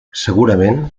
segurament